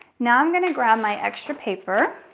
now, i'm gonna grab my extra paper